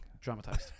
Dramatized